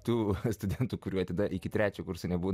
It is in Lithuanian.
tų studentų kurie atida iki trečio kurso nebuvo